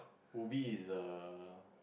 Ubi is the